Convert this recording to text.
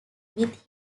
which